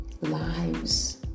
lives